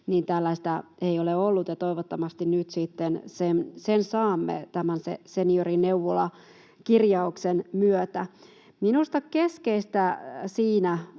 ympäri Suomen, ei ole ollut, ja toivottavasti nyt sitten sen saamme tämän seniorineuvolakirjauksen myötä. Minusta keskeistä siinä